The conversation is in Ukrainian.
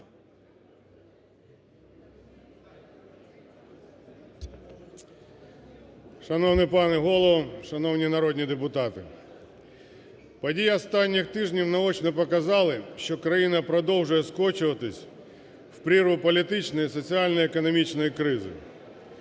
Шановний пане Голово! Шановні народні депутати! Події останніх тижнів наочно показали, що країна продовжує скочуватись в прірву політичної соціально-економічної кризи.